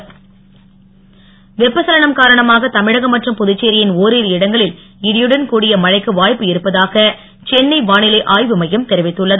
எச்சரிக்கை வெப்பச்சலனம் காரணமாக தமிழகம் மற்றும் புதுச்சேரியின் ஒரிரு இடங்களில் இடியுடன் கூடிய மழைக்கு வாய்ப்பு இருப்பதாக சென்னை வானிலை ஆய்வு மையம் தெரிவித்துள்ளது